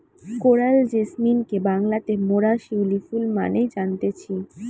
coral জেসমিনকে বাংলাতে মোরা শিউলি ফুল মানে জানতেছি